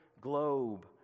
globe